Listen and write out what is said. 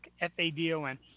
F-A-D-O-N